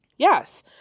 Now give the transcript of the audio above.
Yes